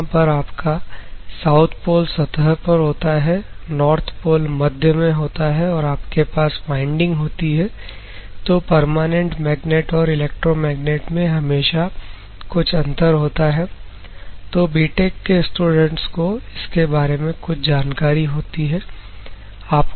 यहां पर आपका साउथ पोल सतह पर होता है नॉर्थ पोल मध्य में होता है और आपके पास वाइंडिंग होती है तो परमानेंट मैग्नेट और इलेक्ट्रोमैग्नेट में हमेशा कुछ अंतर होता है तो बीटेक के स्टूडेंट्स को इसके बारे में कुछ जानकारी होती है